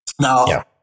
Now